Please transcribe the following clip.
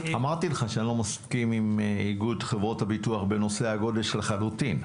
אני אמרתי לך שאיני מסכים עם איגוד חברות הביטוח בנושא הגודש לחלוטין.